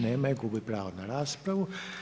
Nema je, gubi pravo na raspravu.